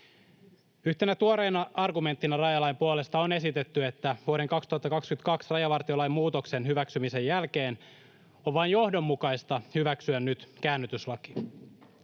Yhtenä tuoreena argumenttina rajalain puolesta on esitetty, että vuoden 2022 rajavartiolain muutoksen hyväksymisen jälkeen on vain johdonmukaista hyväksyä nyt käännytyslaki.